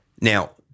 Now